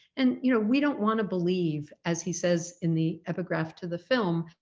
and you know, we don't want to believe, as he says in the epigraph to the film,